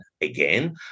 Again